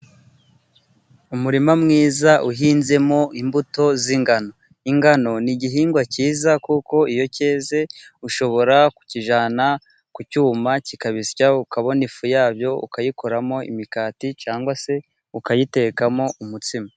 Umurima mwiza uhinzemo imbuto z'ingano, ingano ni igihingwa cyiza kuko iyo cyeze ushobora kukijyana ku cyuma kikabisya. Ukabona ifu yabyo ukayikoramo imigati cyangwa se ukayitekamo umutsima.